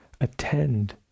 attend